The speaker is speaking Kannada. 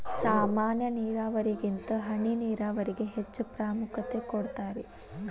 ಸಾಮಾನ್ಯ ನೇರಾವರಿಗಿಂತ ಹನಿ ನೇರಾವರಿಗೆ ಹೆಚ್ಚ ಪ್ರಾಮುಖ್ಯತೆ ಕೊಡ್ತಾರಿ